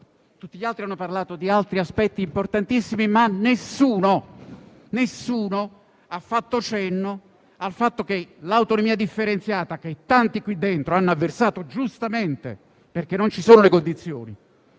tutti gli altri hanno parlato di altri aspetti importantissimi, ma nessuno ha fatto cenno al fatto che l'autonomia differenziata, che tanti qui dentro hanno avversato giustamente - non ci sono le condizioni